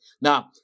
Now